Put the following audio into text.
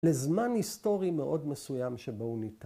‫לזמן היסטורי מאוד מסוים ‫שבו הוא ניתן.